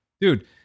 Dude